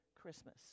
Christmas